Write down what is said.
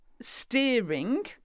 steering